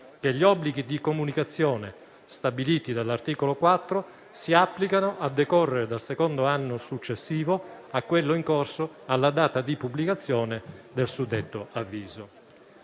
che gli obblighi di comunicazione stabiliti dall'articolo 4 si applicano a decorrere dal secondo anno successivo a quello in corso alla data di pubblicazione del suddetto avviso.